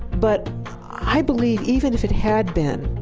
but i believe even if it had been,